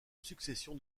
succession